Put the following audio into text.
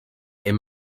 est